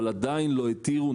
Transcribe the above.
אבל עדיין לא התירו,